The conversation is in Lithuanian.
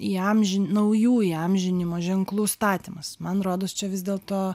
įamžin naujų įamžinimo ženklų statymas man rodos čia vis dėlto